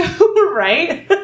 Right